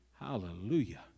Hallelujah